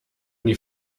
die